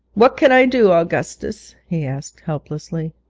what can i do, augustus he asked helplessly.